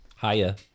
Hiya